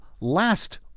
last